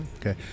Okay